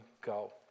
go